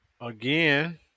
Again